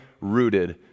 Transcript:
rooted